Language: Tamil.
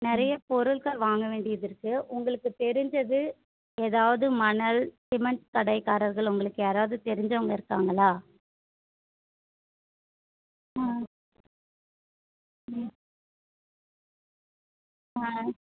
நிறைய பொருட்கள் வாங்க வேண்டியதிருக்கு உங்களுக்கு தெரிஞ்சது ஏதாவது மணல் சிமெண்ட் கடைக்காரர்கள் உங்களுக்கு யாராவது தெரிஞ்சவங்க இருக்காங்களா ஆ ம் ஆ